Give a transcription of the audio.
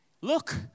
look